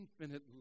infinite